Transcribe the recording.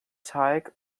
teig